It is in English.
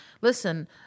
listen